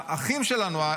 האחים שלנו,